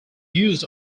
used